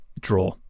draw